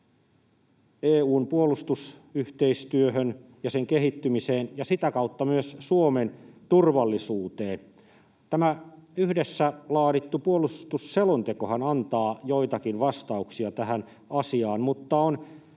EU:n puolustusyhteistyöhön ja sen kehittymiseen ja sitä kautta myös Suomen turvallisuuteen? Tämä yhdessä laadittu puolustusselontekohan antaa joitakin vastauksia tähän asiaan, mutta